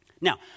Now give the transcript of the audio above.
Now